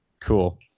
Cool